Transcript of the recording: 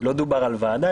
לא מדובר על ועדה,